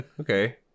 Okay